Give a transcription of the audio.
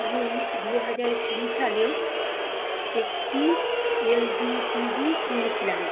আমি দু হাজার কুড়ি সালে একটি এলজি টিভি কিনেছিলাম